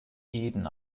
eden